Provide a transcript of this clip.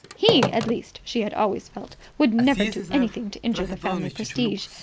he, at least, she had always felt, would never do anything to injure the family prestige.